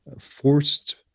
forced